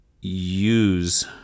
use